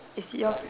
is the all